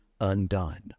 undone